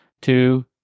Two